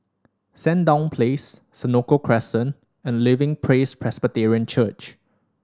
Sandown Place Senoko Crescent and Living Praise Presbyterian Church